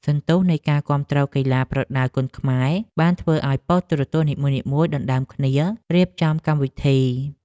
សន្ទុះនៃការគាំទ្រកីឡាប្រដាល់គុណខ្មែរបានធ្វើឱ្យប៉ុស្តិ៍ទូរទស្សន៍នីមួយៗដណ្តើមគ្នារៀបចំកម្មវិធី។